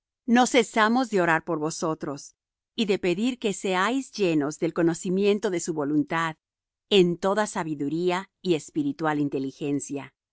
no cesamos de orar por vosotros y de pedir que seáis llenos del conocimiento de su voluntad en toda sabiduría y espiritual inteligencia